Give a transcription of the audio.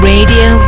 Radio